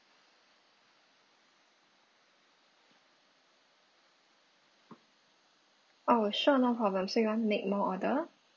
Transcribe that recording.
oh sure no problem so you want make more order